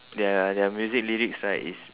their their music lyrics right is